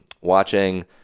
watching